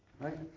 right